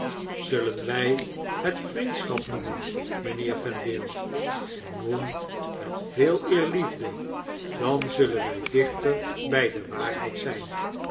zullen wg het vriendschap noemen mjjnheer vendale noem het veeleer liefde dan zullen wg dichter bg de waarheid zgn